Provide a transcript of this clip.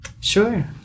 Sure